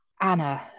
Anna